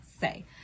say